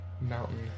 mountain